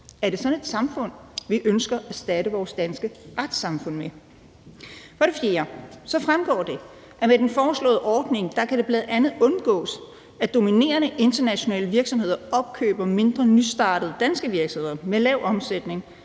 sådan et samfund, vi ønsker at erstatte vores danske retssamfund med? For det fjerde fremgår det, at med den foreslåede ordning kan det bl.a. undgås, at dominerende internationale virksomheder opkøber mindre, nystartede danske virksomheder med lav omsætning,